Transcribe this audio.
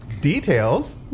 details